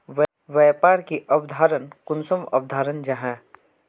व्यापार की अवधारण कुंसम अवधारण जाहा?